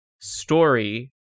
story